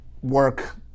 work